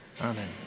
Amen